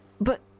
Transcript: But